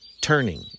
turning